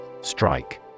Strike